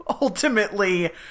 ultimately